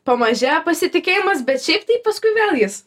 pamažėja pasitikėjimas bet šiaip tai paskui vėl jis